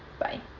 Bye